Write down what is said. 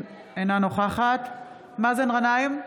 אינה נוכחת מאזן גנאים,